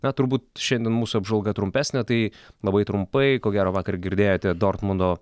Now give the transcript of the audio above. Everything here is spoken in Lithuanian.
na turbūt šiandien mūsų apžvalga trumpesnė tai labai trumpai ko gero vakar girdėjote dortmundo